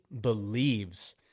believes